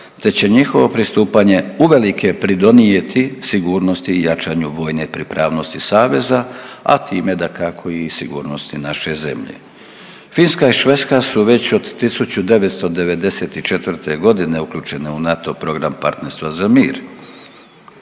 te će njihovo pristupanje uvelike pridonijeti sigurnosti i jačanju vojne pripravnosti saveza, a time dakako i sigurnosti naše zemlje. Finska i Švedska su već od 1994. godine uključene u NATO-v program partnerstva za mir,